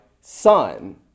son